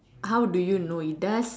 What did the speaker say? how do you know it does